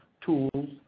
tools